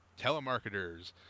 telemarketers